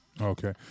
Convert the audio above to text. Okay